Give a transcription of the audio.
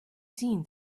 seen